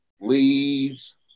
leaves